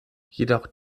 jedoch